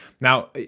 Now